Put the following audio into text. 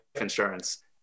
insurance